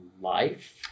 life